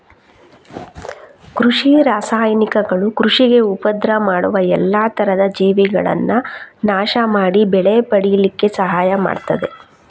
ಕೃಷಿ ರಾಸಾಯನಿಕಗಳು ಕೃಷಿಗೆ ಉಪದ್ರ ಮಾಡುವ ಎಲ್ಲಾ ತರದ ಜೀವಿಗಳನ್ನ ನಾಶ ಮಾಡಿ ಬೆಳೆ ಪಡೀಲಿಕ್ಕೆ ಸಹಾಯ ಮಾಡ್ತದೆ